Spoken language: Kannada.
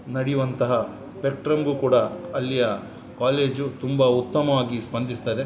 ನಡೆಯುವಂತಹ ಸ್ಪೆಕ್ಟ್ರಮ್ಗೂ ಕೂಡ ಅಲ್ಲಿಯ ಕಾಲೇಜು ತುಂಬ ಉತ್ತಮವಾಗಿ ಸ್ಪಂದಿಸ್ತಾಯಿದೆ